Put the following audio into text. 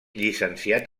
llicenciat